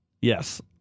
yes